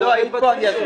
אתה היית בשטח?